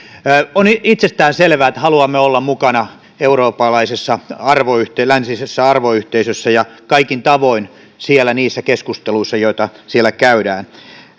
on itsestäänselvää että haluamme olla mukana eurooppalaisessa läntisessä arvoyhteisössä ja kaikin tavoin niissä keskusteluissa joita siellä käydään